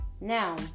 Now